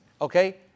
Okay